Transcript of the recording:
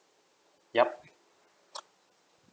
yup